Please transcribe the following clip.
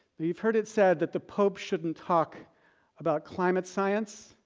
we've heard it said that the pope shouldn't talk about climate science,